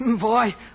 Boy